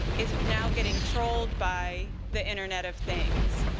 is now getting trolled by the internet of things.